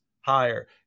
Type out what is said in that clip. higher